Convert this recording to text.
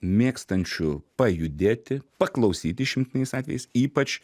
mėgstančių pajudėti paklausyti išimtiniais atvejais ypač